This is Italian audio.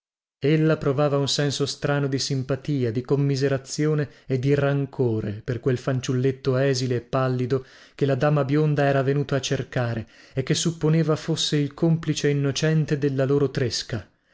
ella provava un senso strano di simpatia di commiserazione e di rancore per quel fanciulletto esile e pallido che la dama bionda era venuta a cercare e che supponeva fosse il complice innocente della loro tresca